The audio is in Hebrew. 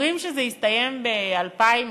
אומרים שזה יסתיים ב-2021.